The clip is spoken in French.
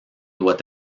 doit